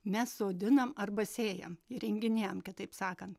mes sodinam arba sėjam įrenginėjam kitaip sakant